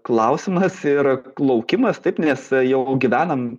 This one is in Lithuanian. klausimas ir laukimas taip nes jau gyvenam